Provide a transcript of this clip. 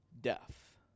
death